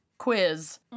Quiz